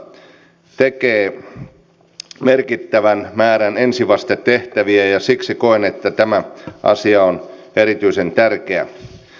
sopimuspalokunnat suomessa tekevät merkittävän määrän ensivastetehtäviä ja siksi koen että tämä asia on erityisen tärkeä